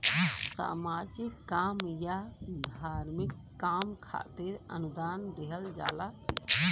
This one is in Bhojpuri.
सामाजिक काम या धार्मिक काम खातिर अनुदान दिहल जाला